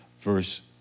verse